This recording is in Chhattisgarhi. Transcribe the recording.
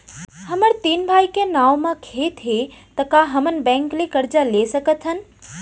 हमर तीन भाई के नाव म खेत हे त का हमन बैंक ले करजा ले सकथन?